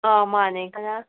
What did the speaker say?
ꯑꯧ ꯃꯥꯅꯦ ꯀꯅꯥ